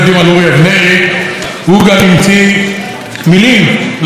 הוא גם המציא מילים לאקדמיה הישראלית.